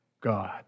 God